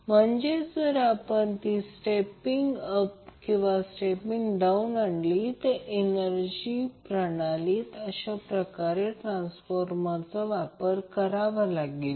म्हणजेच जर आपण ती स्टेपींग अप किंवा स्टेपींग डाउन आणली तर एनर्जी प्रणालीत अशा प्रकरणात ट्रांसफार्मरचा वापर करावा लागतो